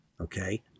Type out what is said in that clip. Okay